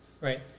right